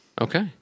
Okay